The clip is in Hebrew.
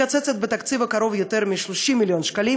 מקצצת בתקציב הקרוב יותר מ-30 מיליון שקלים